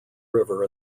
river